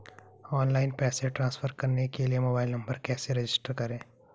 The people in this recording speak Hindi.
ऑनलाइन पैसे ट्रांसफर करने के लिए मोबाइल नंबर कैसे रजिस्टर करें?